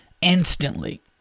instantly